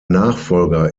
nachfolger